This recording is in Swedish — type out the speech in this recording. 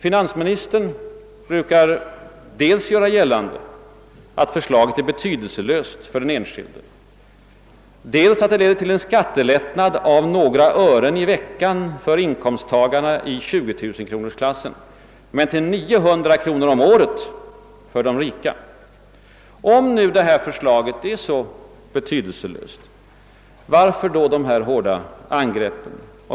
Finansministern brukar göra gällande dels att förslaget är betydelselöst för den enskilde, dels att det leder till en skattelättnad av några öre i veckan för en inkomsttagare i 20 000-kronorsklassen, men till 900 kronor om året för de rika. Om nu detta förslag är så betydelselöst, varför dessa hårda angrepp?